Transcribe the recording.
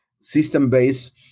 system-based